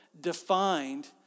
defined